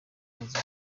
ibibazo